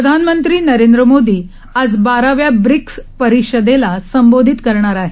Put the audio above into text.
प्रधानमंत्री नरेंद्र मोदी आज बाराव्या ब्रिक्स परिषदेला संबोधित करणार आहेत